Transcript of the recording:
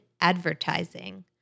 advertising